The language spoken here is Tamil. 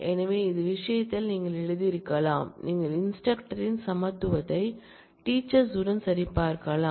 எனவே இந்த விஷயத்தில் நீங்கள் எழுதியிருக்கலாம் நீங்கள் இன்ஸ்டிரக்டரின் சமத்துவத்தை டீச்சர்ஸுடன் சரிபார்க்கலாம்